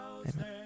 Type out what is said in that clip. Amen